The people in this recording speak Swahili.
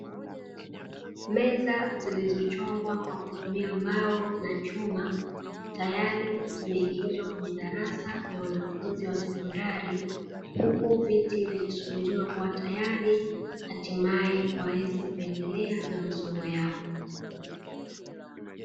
Meza zilizochongwa kwa kutumia mbao na chuma, tayari zimeingizwa kwenye darasa la wanafunzi wa sekondari, huku viti vikisubiriwa kuwa tayari, hatimaye waweze kuendelea na masomo yao.